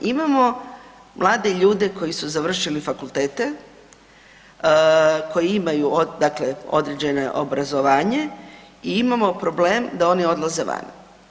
Imamo mlade ljude koji su završili fakultete koji imaju, dakle određeno obrazovanje i imamo problem da oni odlaze van.